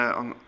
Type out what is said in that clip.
on